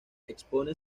expone